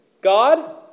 God